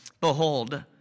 Behold